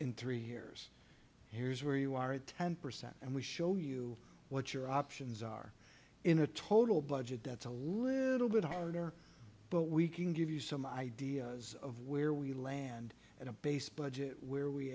in three years here's where you are at ten percent and we show you what your options are in a total budget that's a little bit harder but we can give you some idea of where we land at a base budget where we